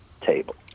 table